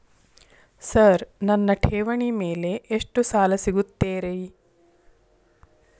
Sir ನನ್ನ ಠೇವಣಿ ಮೇಲೆ ಎಷ್ಟು ಸಾಲ ಸಿಗುತ್ತೆ ರೇ?